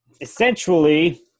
Essentially